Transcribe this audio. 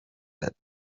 that